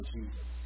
Jesus